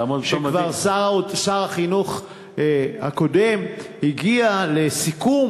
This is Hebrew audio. שכבר שר החינוך הקודם הגיע לסיכום